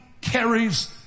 carries